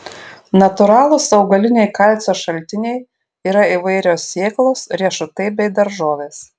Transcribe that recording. natūralūs augaliniai kalcio šaltiniai yra įvairios sėklos riešutai bei daržovės